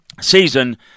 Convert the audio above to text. season